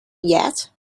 yet